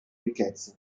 ricchezze